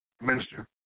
minister